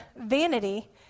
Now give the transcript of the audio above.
vanity